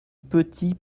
petit